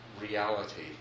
reality